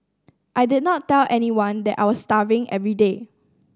I did not tell anyone that I was starving every day